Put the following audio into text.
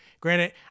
Granted